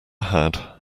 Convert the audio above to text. had